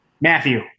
Matthew